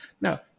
Now